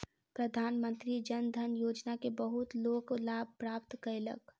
प्रधानमंत्री जन धन योजना के बहुत लोक लाभ प्राप्त कयलक